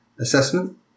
assessment